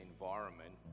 environment